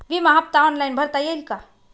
विमा हफ्ता ऑनलाईन भरता येईल का?